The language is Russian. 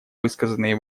высказанные